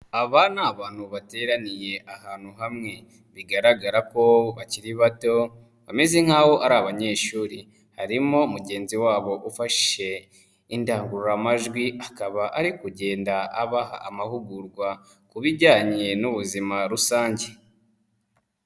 Aba ni abantu bateraniye ahantu hamwe, bigaragara ko bakiri bato bameze nk'aho ari abanyeshuri, harimo mugenzi wabo ufashe indangururamajwi, akaba ari kugenda abaha amahugurwa ku bijyanye n'ubuzima rusange.